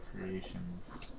Creations